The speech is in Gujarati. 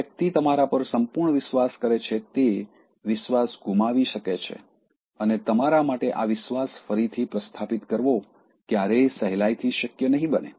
જે વ્યક્તિ તમારા પર સંપૂર્ણ વિશ્વાસ કરે છે તે વિશ્વાસ ગુમાવી શકે છે અને તમારા માટે આ વિશ્વાસ ફરીથી પ્રસ્થાપિત કરવો ક્યારેય સહેલાઇથી શક્ય નહીં બને